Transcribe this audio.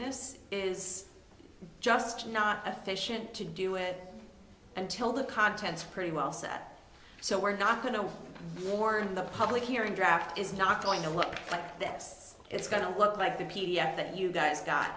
this is just not efficient to do it until the contents are pretty well set so we're not going to warn the public hearing draft is not going to look like this it's going to look like the p d f that you guys got